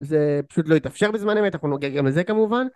זה פשוט לא יתאפשר בזמן אמת, אנחנו נגיע גם לזה כמובן.